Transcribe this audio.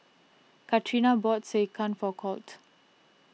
Catrina bought Sekihan for Colt